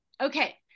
Okay